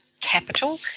capital